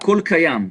הכול קיים,